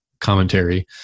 commentary